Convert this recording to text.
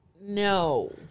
No